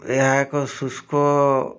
ଏହା ଏକ ଶୁଷ୍କ